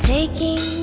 Taking